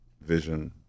vision